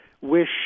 wish